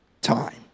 time